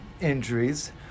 injuries